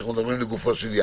כשאנחנו מדברים לגופו של עניין,